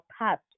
past